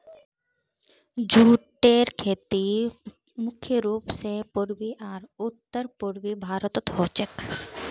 जूटेर खेती मुख्य रूप स पूर्वी आर उत्तर पूर्वी भारतत ह छेक